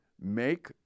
Make